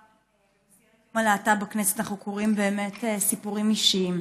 ביום הלהט"ב בכנסת אנחנו קוראים סיפורים אישיים.